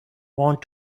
want